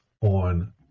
on